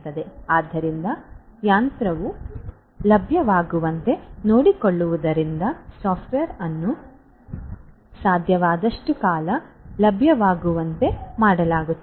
ಆದ್ದರಿಂದ ಯಂತ್ರವು ಲಭ್ಯವಾಗುವಂತೆ ನೋಡಿಕೊಳ್ಳುವುದರಿಂದ ಸಾಫ್ಟ್ವೇರ್ ಅನ್ನು ಸಾಧ್ಯವಾದಷ್ಟು ಕಾಲ ಲಭ್ಯವಾಗುವಂತೆ ಮಾಡಲಾಗುತ್ತದೆ